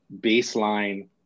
baseline